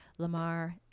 Lamar